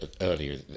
earlier